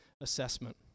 assessment